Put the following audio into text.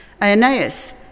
Aeneas